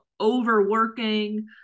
overworking